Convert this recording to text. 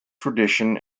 tradition